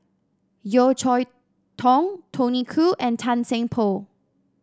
Yeo Cheow Tong Tony Khoo and Tan Seng Poh